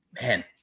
man